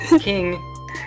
King